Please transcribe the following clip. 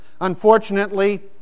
Unfortunately